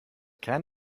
kern